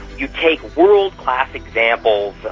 you take world-class examples,